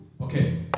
Okay